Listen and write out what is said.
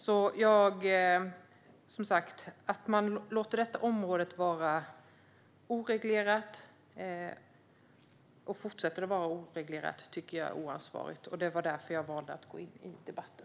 Att man fortsätter att låta detta område vara oreglerat tycker jag är oansvarigt. Det var därför som jag valde att gå in i debatten.